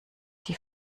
die